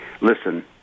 listen